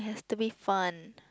to be fun